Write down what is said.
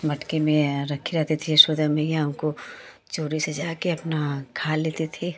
मटके में रखी रहती थी यशोदा मैया उनको चोरी से जाकर अपना खा लेते थे